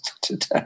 today